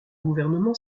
gouvernement